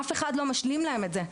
ואף אחד לא משלים להם את זה.